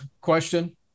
question